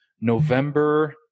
November